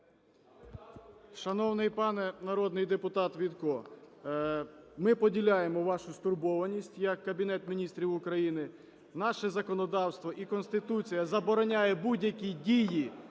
Шановний пане народний депутат Вітко, ми поділяємо вашу стурбованість як Кабінет Міністрів України. Наше законодавство і Конституція забороняє будь-які дії